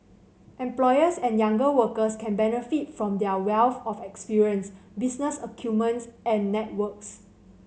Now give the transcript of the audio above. employers and younger workers can benefit from their wealth of experience business acumen and networks